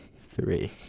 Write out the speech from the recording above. three